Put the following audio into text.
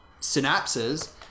synapses